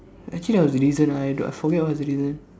actually there was the reason why I forget what's the reason